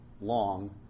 long